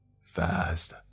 Fast